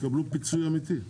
יקבלו פיצוי אמיתי.